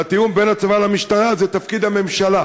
והתיאום בין הצבא למשטרה זה תפקיד הממשלה,